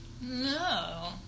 No